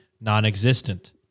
non-existent